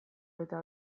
eta